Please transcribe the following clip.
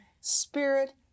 spirit